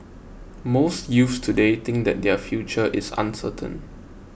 most youths today think that their future is uncertain